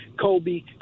Kobe